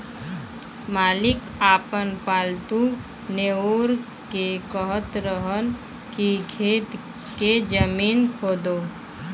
मालिक आपन पालतु नेओर के कहत रहन की खेत के जमीन खोदो